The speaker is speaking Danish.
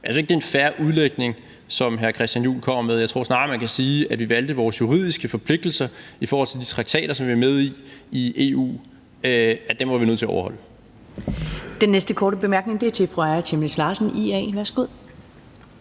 synes ikke, det er en fair udlægning, som hr. Christian Juhl kommer med. Jeg tror snarere, man kan sige, at vi valgte vores juridiske forpligtelser i forhold til de traktater, som vi er med i i EU, og dem var vi nødt til at overholde. Kl. 15:00 Første næstformand (Karen Ellemann): Den næste